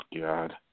God